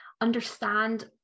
Understand